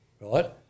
Right